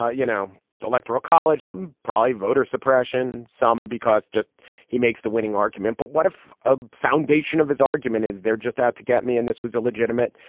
ah you know, the electoral college, some probably voter suppression, some because just he makes the winning argument. but what if a foundation of his argument is there just out to get me? and this was a legitimate.